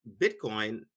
bitcoin